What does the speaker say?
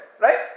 right